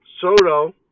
Soto